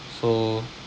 so